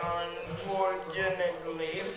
unfortunately